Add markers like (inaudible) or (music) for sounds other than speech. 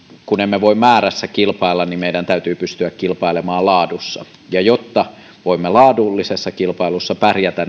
kun emme voi määrässä kilpailla niin meidän täytyy pystyä kilpailemaan laadussa jotta voimme laadullisessa kilpailussa pärjätä (unintelligible)